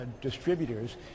distributors